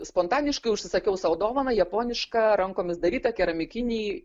spontaniškai užsisakiau sau dovaną japonišką rankomis darytą keramikinį